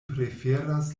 preferas